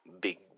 Big